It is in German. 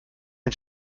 ein